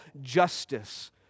justice